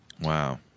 Wow